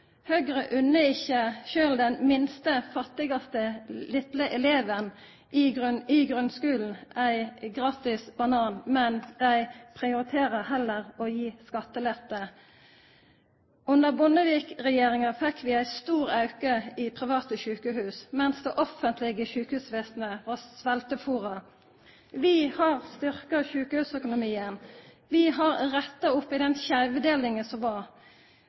Høgre unner ikkje sjølv den minste og fattigaste litle eleven i grunnskulen ein gratis banan. Dei prioriterer heller å gi skattelette. Under Bondevik-regjeringa fekk vi ein stor auke i private sjukehus, mens det offentlege sjukehusvesenet var sveltefôra. Vi har styrkt sjukehusøkonomien. Vi har retta opp i den skeivdelinga som var.